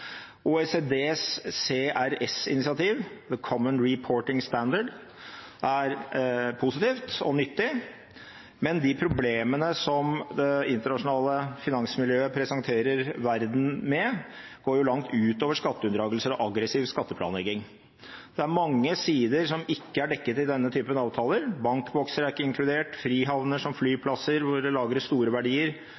OECDs CRS-initiativ, The Common Reporting Standard, er positivt og nyttig, men de problemene som internasjonale finansmiljøer presenterer verden med, går langt utover skatteunndragelser og aggressiv skatteplanlegging. Det er mange sider som ikke er dekket i denne typen avtaler. Bankbokser er ikke inkludert. Frihavner som